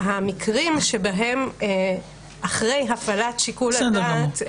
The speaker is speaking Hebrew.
המקרים שבהם, אחרי הפעלת שיקול דעת,